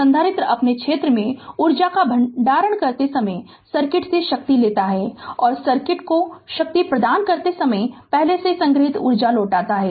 संधारित्र अपने क्षेत्र में ऊर्जा का भंडारण करते समय सर्किट से शक्ति लेता है और सर्किट को शक्ति प्रदान करते समय पहले से संग्रहीत ऊर्जा लौटाता है